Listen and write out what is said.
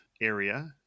area